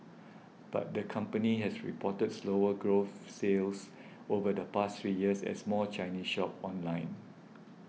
but the company has reported slower growth sales over the past three years as more Chinese shop online